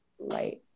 Right